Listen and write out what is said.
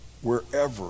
wherever